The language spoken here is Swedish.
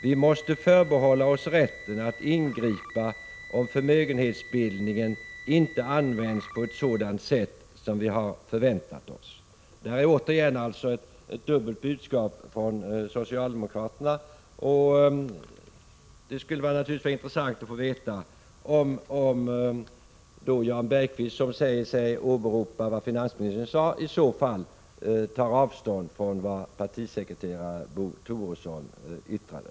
Vi måste förbehålla oss rätten att ingripa om förmögenhetsbildningen inte används på ett sådant sätt som vi har förväntat oss.” Där har vi återigen ett dubbelt budskap från socialdemokraterna. Det skulle naturligtvis vara intressant att få veta om Jan Bergqvist, som säger sig åberopa vad finansministern sade, i så fall tar avstånd från vad partisekreteraren Bo Toresson yttrade.